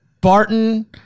Barton